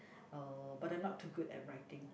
uh but I'm not too good at writing